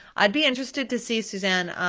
i'd be interested to see, suzanne,